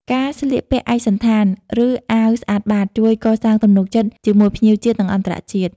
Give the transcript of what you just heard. ការស្លៀកពាក់ឯកសណ្ឋាន ឬអាវស្អាតបាត ជួយកសាងទំនុកចិត្តជាមួយភ្ញៀវជាតិ និងអន្តរជាតិ។